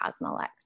Cosmolex